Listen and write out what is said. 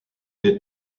des